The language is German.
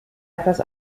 etwas